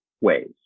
ways